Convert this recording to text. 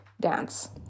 dance